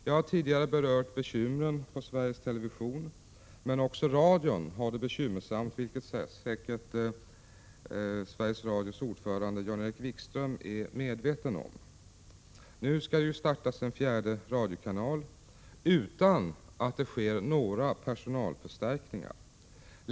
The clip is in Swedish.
Jag har tidigare berört bekymren på Sveriges Television, men också Sveriges Radio har det bekymmersamt, vilket säkert bolagets ordförande Jan-Erik Wikström är medveten om. Nu skall en fjärde radiokanal startas, utan att det sker några personalförstärkningar.